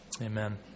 Amen